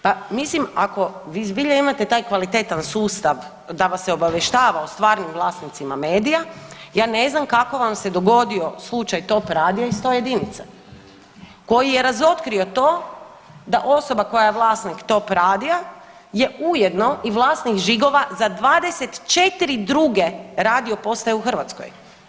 Pa mislim ako vi zbilja imate taj kvalitetan sustav da vas se obavještava o stvarnim vlasnicima medijima, ja ne znam kako vam se dogodio slučaj Topa radija i 101 koji je razotkrio to da osoba koja je vlasnik Top radija je ujedno i vlasnik žigova za 24 druge radiopostaje u Hrvatskoj.